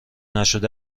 نشده